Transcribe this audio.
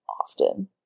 often